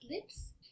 lips